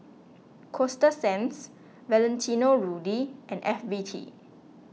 Coasta Sands Valentino Rudy and F B T